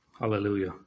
Hallelujah